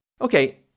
Okay